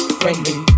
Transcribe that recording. friendly